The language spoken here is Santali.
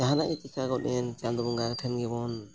ᱡᱟᱦᱟᱱᱟᱜ ᱜᱮ ᱪᱤᱠᱟᱹ ᱜᱚᱫ ᱮᱱ ᱪᱟᱸᱫᱚ ᱵᱚᱸᱜᱟ ᱴᱷᱮᱱ ᱜᱮᱵᱚᱱ